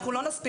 אנחנו לא נספיק,